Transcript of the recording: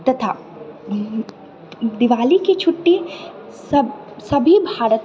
तथा दिवालीके छुट्टी सब सभी भारत